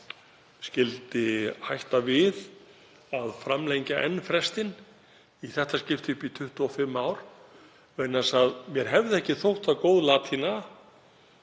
skyldi hætta við að framlengja enn frestinn, í þetta skipti upp í 25 ár, vegna þess að mér hefði ekki þótt góð latína